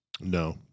No